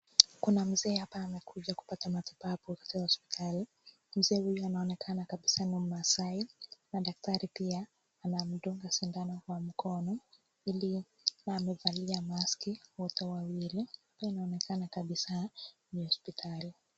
Kuna mzee hapa amekuja kupata matibabu hosipitali. Mzee huyu anaonekana kabisa ni Maasai na daktari pia anamdunga sindano kwa mkono ili na amevalia [mask] wote wawili . Hili linaonekana kabisa ni hosipitali.